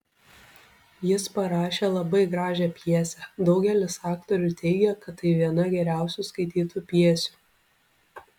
jis parašė labai gražią pjesę daugelis aktorių teigia kad tai viena geriausių skaitytų pjesių